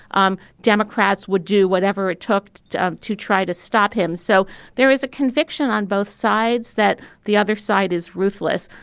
um democrats would do whatever it took to um to try to stop him. so there is a conviction on both sides that the other side is ruthless.